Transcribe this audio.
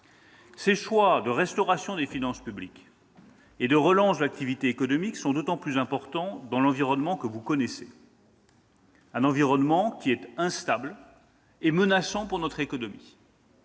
Ces choix de restauration des finances publiques et de relance de l'activité économique sont d'autant plus importants dans l'environnement que vous connaissez, qui est instable et menaçant pour notre économie.